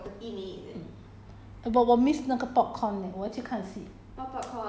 thir~ thir~ thirty four thirty four mm